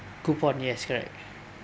coupon yes correct